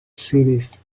cities